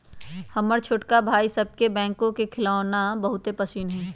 हमर छोटका भाई सभके बैकहो के खेलौना बहुते पसिन्न हइ